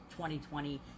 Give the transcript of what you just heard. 2020